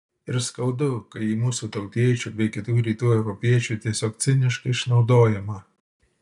ir skaudu kai ji mūsų tautiečių bei kitų rytų europiečių tiesiog ciniškai išnaudojama